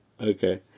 Okay